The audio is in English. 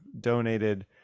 donated